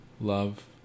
love